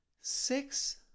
Six